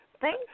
Thank